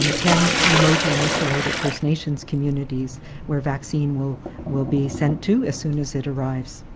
um ten remote and isolated first nations communities where vaccine will will be sent to as soon as it arrives.